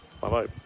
bye-bye